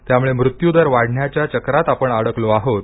त्यामुळे म्रुत्युदर वाढण्याच्या चक्रात आपण अडकलो आहोत